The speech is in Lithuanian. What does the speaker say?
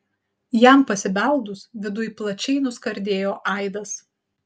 jam pasibeldus viduj plačiai nuskardėjo aidas